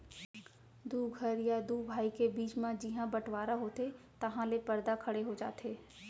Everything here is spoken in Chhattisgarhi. दू घर या दू भाई के बीच म जिहॉं बँटवारा होथे तहॉं ले परदा खड़े हो जाथे